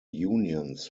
unions